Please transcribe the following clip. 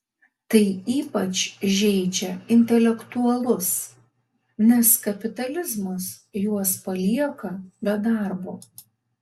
tai ypač žeidžia intelektualus nes kapitalizmas juos palieka be darbo